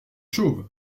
chauve